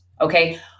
okay